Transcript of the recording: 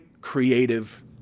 creative